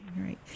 right